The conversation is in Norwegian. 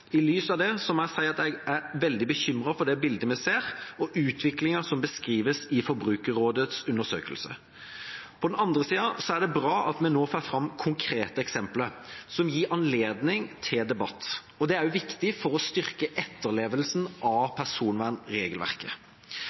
I lys av det må jeg si at jeg er veldig bekymret for det bildet vi ser, og den utviklingen som beskrives i Forbrukerrådets undersøkelse. På den andre siden er det bra at vi nå får fram konkrete eksempler som gir anledning til debatt. Det er også viktig for å styrke etterlevelsen av personvernregelverket.